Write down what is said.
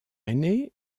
aîné